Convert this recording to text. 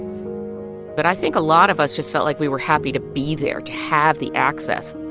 but i think a lot of us just felt like we were happy to be there to have the access.